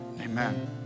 Amen